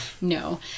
no